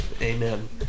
Amen